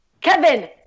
Kevin